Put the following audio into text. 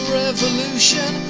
revolution